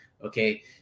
Okay